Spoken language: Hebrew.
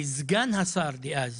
סגן השר דאז,